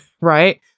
right